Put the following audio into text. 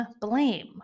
blame